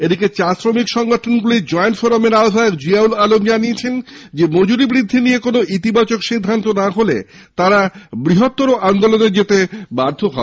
এদিকে চা শ্রমিক সংগঠনের জয়েন্ট ফোরামের আহ্বায়ক জিয়াউল আলম জানিয়েছেন মজুরিবৃদ্ধি নিয়ে কোনো ইতিবাচক সিদ্ধান্ত না হলে তারা বৃহত্তর আন্দোলনে যেতে বাধ্য হবেন